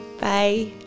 Bye